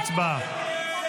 הצבעה.